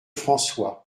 françois